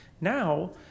Now